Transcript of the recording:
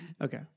Okay